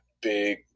big